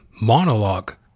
monologue